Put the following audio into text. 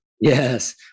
Yes